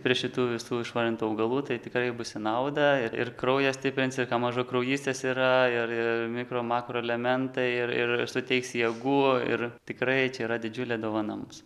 prie šitų visų išvardintų augalų tai tikrai bus į naudą ir ir kraują stiprins mažakraujystės yra ir ir mikro makroelementai ir ir suteiks jėgų ir tikrai čia yra didžiulė dovana mums